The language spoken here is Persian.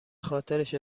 خاطرش